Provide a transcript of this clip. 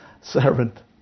servant